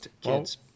kids